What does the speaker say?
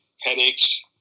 headaches